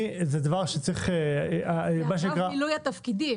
זה דבר שצריך --- זה אגב מילוי התפקידים,